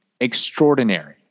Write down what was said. extraordinary